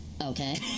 Okay